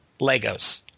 Legos